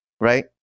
right